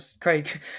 Craig